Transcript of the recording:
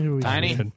Tiny